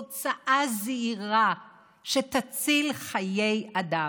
הוצאה זעירה שתציל חיי אדם.